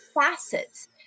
facets